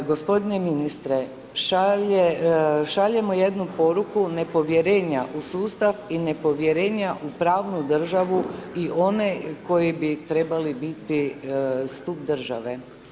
Gospodine ministre, šaljemo jednu poruku nepovjerenja u sustav i nepovjerenja u pravnu državu i one koji bi trebali biti stup države.